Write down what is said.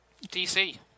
DC